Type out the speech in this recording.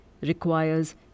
requires